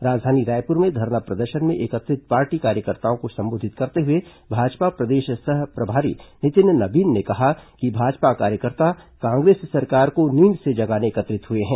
राजधानी रायपुर में धरना प्रदर्शन में एकत्रित पार्टी कार्यकर्ताओं को संबोधित करते हुए भाजपा प्रदेश सह प्रभारी नितिन नबीन ने कहा कि भाजपा कार्यकर्ता कांग्रेस सरकार को नींद से जगाने एकत्रित हुए हैं